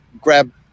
grab